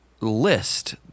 list